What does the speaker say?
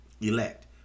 elect